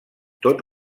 tots